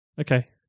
Okay